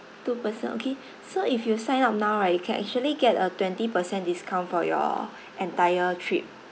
two person okay so if you sign up now right you can actually get a twenty per cent discount for your entire trip